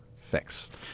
fixed